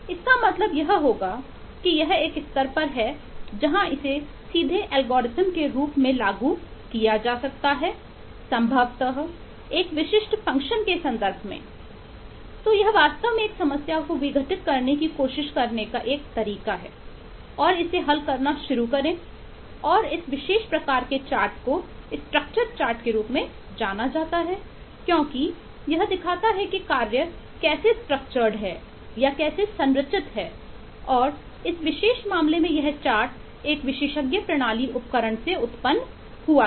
इसका मतलब यह होगा कि यह एक स्तर पर है जहां इसे सीधे एल्गोरिथम एक विशेषज्ञ प्रणाली उपकरण से उत्पन्न हुआ था